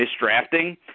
misdrafting